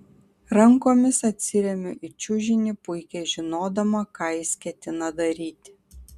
rankomis atsiremiu į čiužinį puikiai žinodama ką jis ketina daryti